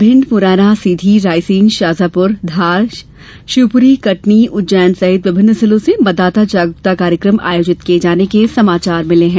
भिंड मुरैना सीधी रायसेन शाजापुर धार शिवपुरी कटनी उज्जैन सहित विभिन्न जिलों से मतदाता जागरूकता कार्यक्रम आयोजित किये जाने के समाचार मिले हैं